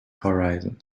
horizon